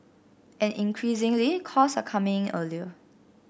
and increasingly calls are coming in earlier